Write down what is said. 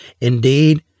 Indeed